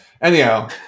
Anyhow